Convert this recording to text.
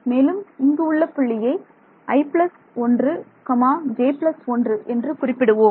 மேலும் இங்கு உள்ள புள்ளியை i 1 j 1 என்று குறிப்பிடுவோம்